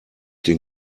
den